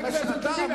תתבייש לך.